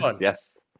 Yes